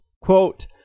Quote